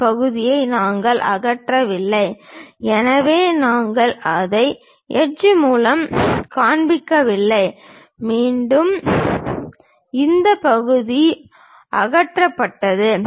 இந்த பகுதியை நாங்கள் அகற்றவில்லை எனவே நாங்கள் அதை ஹட்ச் மூலம் காண்பிக்கவில்லை மீண்டும் இந்த பகுதி அகற்றப்பட்டது